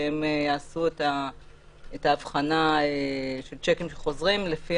שהם יעשו את האבחנה של שיקים שחוזרים לפי